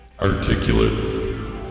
Articulate